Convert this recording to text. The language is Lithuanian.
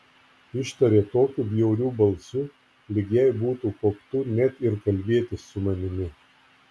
ištarė tokiu bjauriu balsu lyg jai būtų koktu net ir kalbėtis su manimi